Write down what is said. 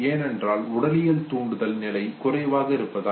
ஏனென்றால் உடலியல் தூண்டுதல் நிலை குறைவாக இருப்பதால்